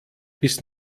bis